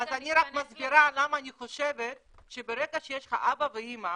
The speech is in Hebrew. אני רק מסבירה למה אני חושבת שברגע שיש לך אבא ואמא